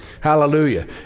Hallelujah